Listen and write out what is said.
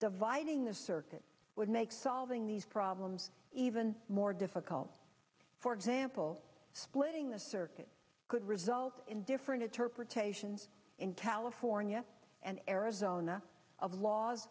dividing the circuit would make solving these problems even more difficult for example splitting the circuit could result in different interpretations in california and arizona of laws